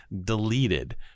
deleted